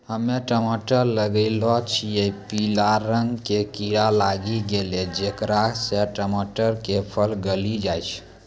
हम्मे टमाटर लगैलो छियै पीला रंग के कीड़ा लागी गैलै जेकरा से टमाटर के फल गली जाय छै?